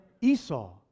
Esau